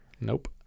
Nope